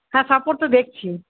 হ্যাঁ সাপোর্ট তো দেখছি